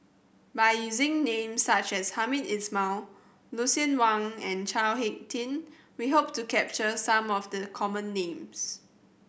by using names such as Hamed Ismail Lucien Wang and Chao Hick Tin we hope to capture some of the common names